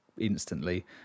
instantly